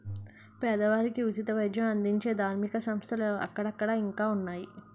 పేదవారికి ఉచిత వైద్యం అందించే ధార్మిక సంస్థలు అక్కడక్కడ ఇంకా ఉన్నాయి